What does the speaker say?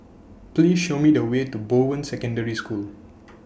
Please Show Me The Way to Bowen Secondary School